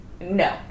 No